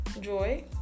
joy